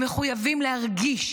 הם מחויבים להרגיש,